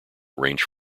range